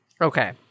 Okay